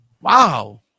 wow